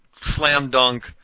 slam-dunk